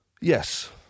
Yes